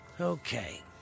Okay